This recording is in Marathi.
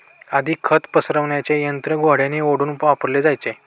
आधी खत पसरविण्याचे यंत्र घोड्यांनी ओढून वापरले जायचे